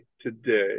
today